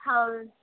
ಹೌದು